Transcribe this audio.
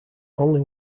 only